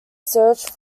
search